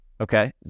Okay